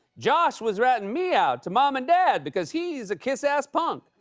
josh was ratting me out to mom and dad because he's a kiss-ass punk.